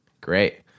Great